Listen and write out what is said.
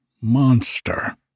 monster